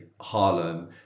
Harlem